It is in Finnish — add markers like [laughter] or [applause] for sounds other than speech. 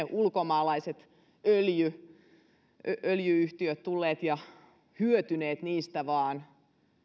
[unintelligible] ulkomaalaiset öljy yhtiöt tulleet ja hyötyneet niistä vaan